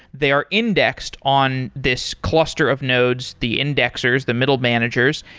they are indexed on this cluster of nodes, the indexers, the middle managers,